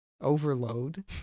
Overload